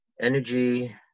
Energy